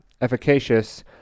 efficacious